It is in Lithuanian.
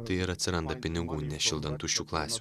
tai ir atsiranda pinigų nešildant tuščių klasių